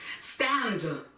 stand